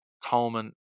Coleman